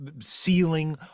ceiling